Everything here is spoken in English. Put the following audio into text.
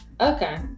Okay